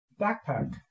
backpack